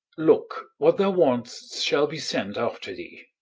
look what thou want'st shall be sent after thee.